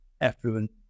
effluent